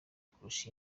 kurusha